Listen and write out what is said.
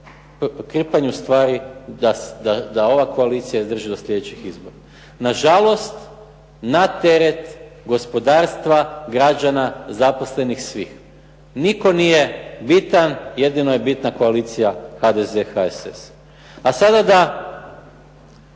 krpanju stvari da ova koalicija izdrži do slijedećih izbora. Na žalost na teret gospodarstva, građana, zaposlenih, svih. Nitko nije biran, jedino je bitna koalicija HDZ, HSS: A sada da